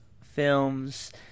films